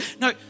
No